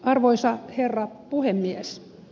arvoisa herra puhemies